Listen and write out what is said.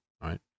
Right